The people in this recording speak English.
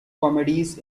comedies